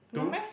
to